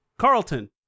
Carlton